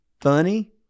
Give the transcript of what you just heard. funny